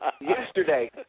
yesterday